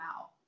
out